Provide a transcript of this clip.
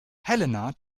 helena